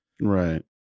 Right